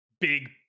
big